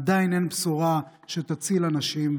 עדיין אין בשורה שתציל אנשים,